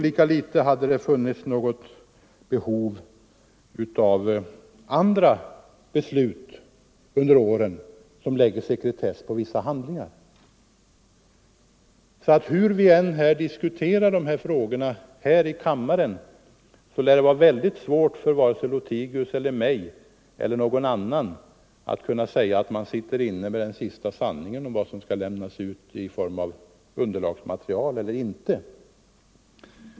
Lika litet hade det funnits något behov av andra beslut under åren som lägger sekretess på vissa handlingar. Hur vi än diskuterar dessa frågor i kammaren lär det vara väldigt svårt både för herr Lothigius 55 och för mig eller någon annan att kunna säga att man sitter inne med den sista sanningen om vad som skall lämnas ut i form av underlagsmaterial eller inte.